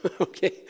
Okay